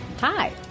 Hi